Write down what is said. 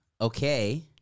okay